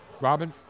Robin